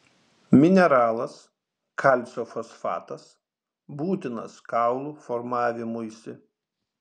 mineralas kalcio fosfatas būtinas kaulų formavimuisi